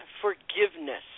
forgiveness